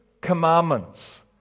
commandments